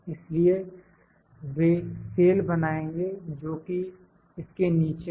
इसलिए वे सेल बनाएँगे जो कि इसके नीचे हैं